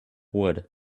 wood